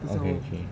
okay chief